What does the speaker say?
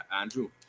Andrew